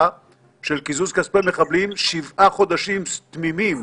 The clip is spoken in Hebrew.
של קיזוז כספי מחבלים שבעה חודשים תמימים.